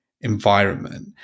environment